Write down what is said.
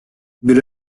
bir